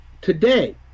Today